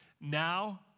now